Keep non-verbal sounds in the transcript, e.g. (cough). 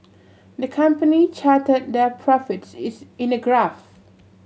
the company charted their profits (unintelligible) in a graph